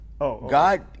God